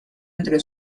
entre